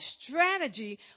strategy